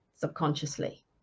subconsciously